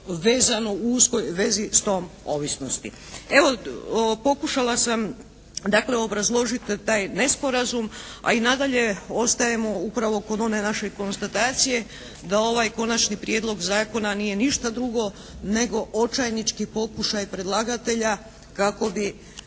vezano, u uskoj vezi s tom ovisnosti. Evo pokušala sam dakle obrazložiti taj nesporazum, a i nadalje ostajemo upravo kod one naše konstatacije da ovaj konačni prijedlog zakona nije ništa drugo nego očajnički pokušaj predlagatelja kako bi